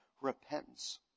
repentance